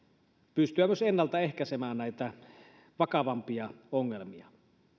pystyä myös ennalta ehkäisemään näitä vakavampia ongelmia